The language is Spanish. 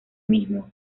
mismo